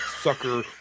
sucker